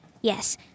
Yes